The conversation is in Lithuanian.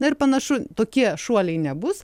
na ir panašu tokie šuoliai nebus